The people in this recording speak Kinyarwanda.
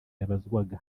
yabazwaga